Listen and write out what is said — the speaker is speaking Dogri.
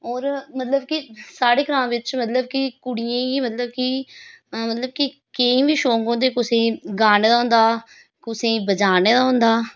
होर मतलब कि साढ़े ग्रांऽ बिच्च मतलब कि कुड़ियें गी मतलब कि मतलब कि केईं बी शौंक होंदे कुसै गी गाने दा होंदा कुसै गी बजाने दा होंदा